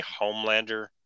Homelander